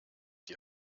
die